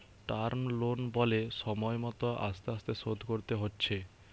term loan বলে সময় মত আস্তে আস্তে শোধ করতে হচ্ছে